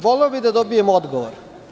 Voleo bih da dobijem odgovor.